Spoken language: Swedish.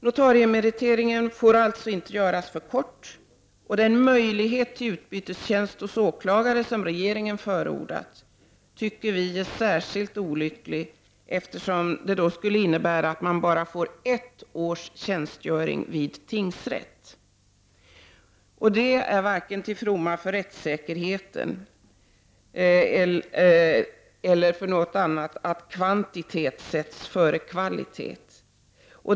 Notariemeriteringen får alltså inte göras för kort, och den möjlighet till utbytestjänst hos åklagare som regeringen förordat tycker vi är särskilt olycklig, eftersom den skulle innebära att man bara får ett års tjänstgöring vid tingsrätt. Det är inte till fromma för rättssäkerheten att kvantitet sätts före kvalitet.